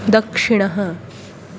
दक्षिणः